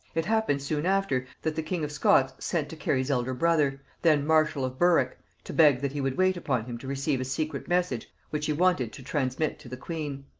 it happened soon after, that the king of scots sent to cary's elder brother, then marshal of berwick, to beg that he would wait upon him to receive a secret message which he wanted to transmit to the queen.